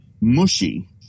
mushy